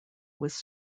was